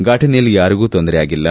ಫಟನೆಯಲ್ಲಿ ಯಾರಿಗೂ ತೊಂದರೆಯಾಗಿಲ್ಲ